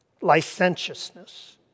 licentiousness